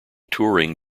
turing